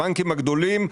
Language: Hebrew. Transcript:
הבנקים הגדולים,